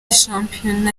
shampiyona